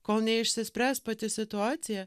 kol neišsispręs pati situacija